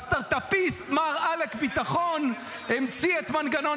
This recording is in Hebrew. והסטרטאפיסט מר עלק ביטחון המציא את מנגנון